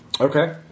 Okay